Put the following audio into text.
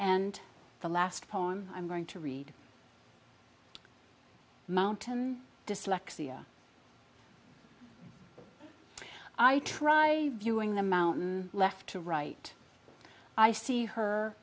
and the last poem i'm going to read mountain dyslexia i try viewing the mountain left to right i see her